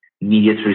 immediate